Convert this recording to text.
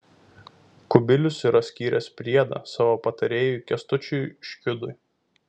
kubilius yra skyręs priedą savo patarėjui kęstučiui škiudui